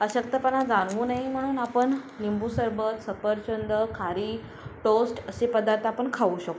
अशक्तपणा जाणवू नये म्हणून आपण निंबू सरबत सफरचंद खारी टोस्ट असे पदार्थ आपण खाऊ शकतो